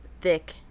thick